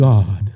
God